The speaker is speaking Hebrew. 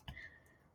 הכנסת,